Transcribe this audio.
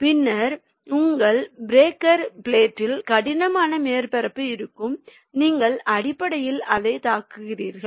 பின்னர் உங்கள் பிரேக்கர் பிளேட்டில் கடினமான மேற்பரப்பு இருக்கும் நீங்கள் அடிப்படையில் அதைத் தாக்குகிறீர்கள்